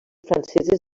franceses